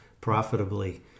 profitably